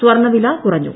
സ്വർണവില കുറഞ്ഞു